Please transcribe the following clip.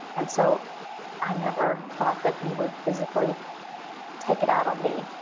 and so i never thought that he would physically take it out on me.